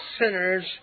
sinners